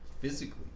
physically